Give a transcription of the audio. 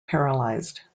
paralyzed